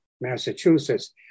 Massachusetts